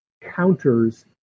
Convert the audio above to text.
counters